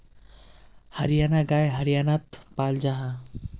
हरयाना गाय हर्यानात पाल जाहा